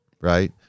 right